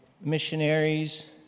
missionaries